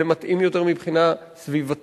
זה מתאים יותר מבחינה סביבתית,